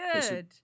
Good